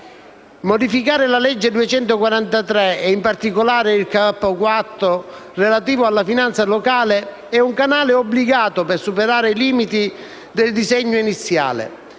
Modificare la legge n. 243, in particolare il Capo IV relativo alla finanza locale, è un canale obbligato per superare i limiti del disegno iniziale.